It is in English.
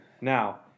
now